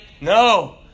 no